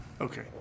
Okay